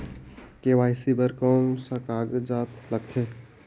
KYC बर कौन का कागजात लगथे?